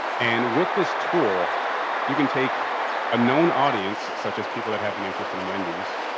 and with this tool you can take a known audience, such as people that have an interest in wendy's,